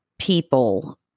People